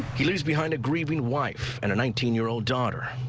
he leaves behind a grieving wife and a nineteen year old daughter.